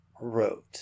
wrote